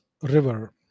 River